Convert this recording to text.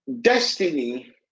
destiny